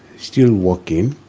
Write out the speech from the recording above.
still walking.